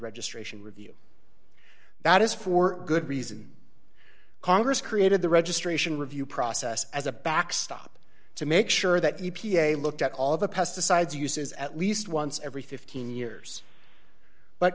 registration review that is for good reason congress created the registration review process as a backstop to make sure that the e p a looked at all the pesticides uses at least once every fifteen years but